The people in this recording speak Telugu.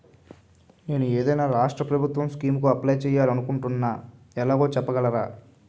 నేను ఏదైనా రాష్ట్రం ప్రభుత్వం స్కీం కు అప్లై చేయాలి అనుకుంటున్నా ఎలాగో చెప్పగలరా?